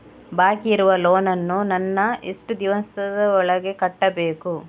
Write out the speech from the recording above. ಬಾಕಿ ಇರುವ ಲೋನ್ ನನ್ನ ನಾನು ಎಷ್ಟು ದಿವಸದ ಒಳಗೆ ಕಟ್ಟಬೇಕು?